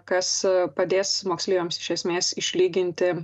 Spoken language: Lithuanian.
kas padės moksleiviams iš esmės išlyginti